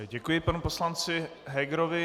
Děkuji panu poslanci Hegerovi.